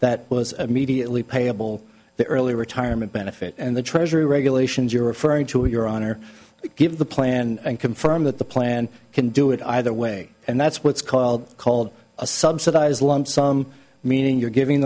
that was immediately payable the early retirement benefit and the treasury regulations you're referring to your honor give the plan and confirm that the plan can do it either way and that's what's called called a subsidized lump sum meaning you're giving